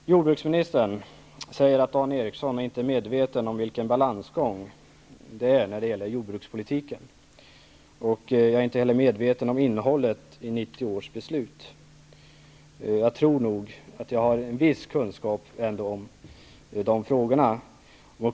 Fru talman! Jordbruksministern säger att jag inte är medveten om vilken balansgång jordbrukspolitiken innebär och att jag inte heller är medveten om innehållet i 1990 års beslut. Jag tror nog att jag ändå har en viss kunskap om de frågorna.